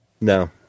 No